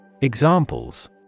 Examples